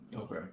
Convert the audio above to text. Okay